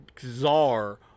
czar